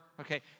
Okay